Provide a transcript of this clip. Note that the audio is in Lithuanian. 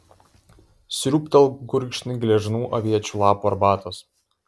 sriūbtelk gurkšnį gležnų aviečių lapų arbatos